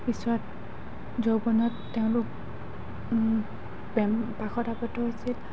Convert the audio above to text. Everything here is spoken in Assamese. পিছত যৌৱনত তেওঁলোক প্ৰেম পাশত আৱদ্ধ হৈছিল